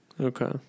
Okay